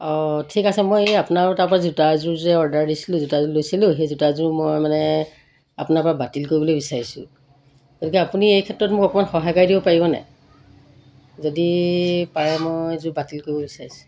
অঁ ঠিক আছে মই এই আপোনাৰ তাৰ পৰা জোতা এযোৰ যে অৰ্ডাৰ দিছিলোঁ জোতাযোৰ লৈছিলোঁ সেই জোতাযোৰ মই মানে আপোনাৰ পৰা বাতিল কৰিবলৈ বিচাৰিছোঁ গতিকে আপুনি এই ক্ষেত্ৰত মোক অকণমান সহায় কৰি দিব পাৰিবনে যদি পাৰে মই এইযোৰ বাতিল কৰিব বিচাৰিছোঁ